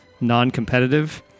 non-competitive